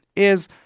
is,